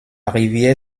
rivière